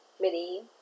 mini